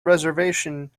reservation